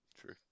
True